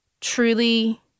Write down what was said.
truly